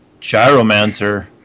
Gyromancer